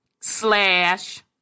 slash